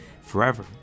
forever